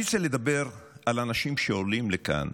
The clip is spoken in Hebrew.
אני רוצה לדבר על אנשים שעולים לכאן,